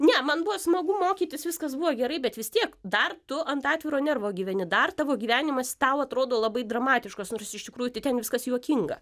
ne man buvo smagu mokytis viskas buvo gerai bet vis tiek dar tu ant atviro nervo gyveni dar tavo gyvenimas tau atrodo labai dramatiškas nors iš tikrųjų tai ten viskas juokinga